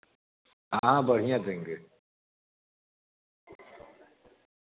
हाँ बढ़िया देंगे